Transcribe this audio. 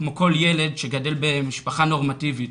כמו כל ילד שגדל במשפחה נורמטיבית